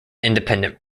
independent